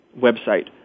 website